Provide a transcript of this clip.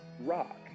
rock